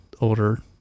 older